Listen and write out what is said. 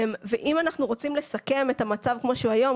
אם אנחנו רוצים לסכם את המצב כמו שהוא היום,